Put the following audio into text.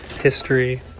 history